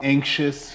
Anxious